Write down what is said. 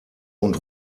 und